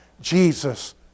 Jesus